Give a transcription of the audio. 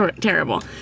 terrible